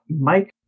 Mike